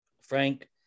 frank